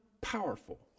powerful